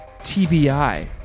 TBI